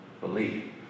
believe